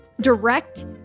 direct